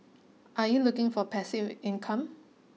are you looking for passive income